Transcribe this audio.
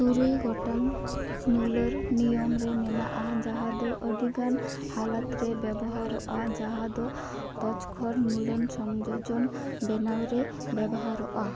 ᱛᱩᱨᱩᱭ ᱜᱚᱴᱟᱝ ᱢᱩᱞᱟᱹᱨ ᱱᱤᱭᱚᱢ ᱨᱮ ᱢᱮᱱᱟᱜᱼᱟ ᱡᱟᱦᱟᱸ ᱫᱚ ᱟᱹᱰᱤᱜᱟᱱ ᱦᱟᱞᱚᱛ ᱨᱮ ᱵᱮᱵᱚᱦᱟᱨᱚᱜᱼᱟ ᱡᱟᱦᱟᱸ ᱫᱚ ᱛᱚᱪ ᱠᱷᱚᱱ ᱢᱩᱞᱟᱹᱱ ᱥᱚᱝᱡᱳᱡᱚᱱ ᱵᱮᱱᱟᱣ ᱨᱮ ᱵᱮᱵᱚᱦᱟᱨᱚᱜᱼᱟ